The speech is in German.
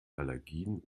allergien